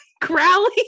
crowley